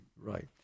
right